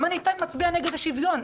במאני טיים מצביע נגד השוויון.